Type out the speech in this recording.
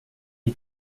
est